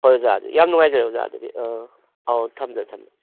ꯍꯣꯏ ꯑꯣꯖꯥ ꯑꯗꯨꯗꯤ ꯌꯥꯝ ꯅꯨꯡꯉꯥꯏꯖꯔꯦ ꯑꯣꯖꯥ ꯑꯗꯨꯗꯤ ꯑꯥ ꯑꯧ ꯊꯝꯖꯔꯦ ꯊꯝꯖꯔꯦ